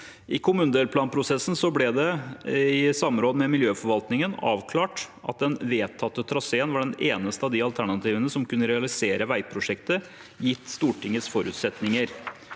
I kommunedelplanprosessen ble det i samråd med miljøforvaltningen avklart at den vedtatte traseen var den eneste av alternativene som kunne realisere veiprosjektet, gitt Stortingets forutsetninger.